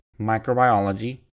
microbiology